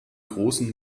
großen